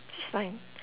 she's fine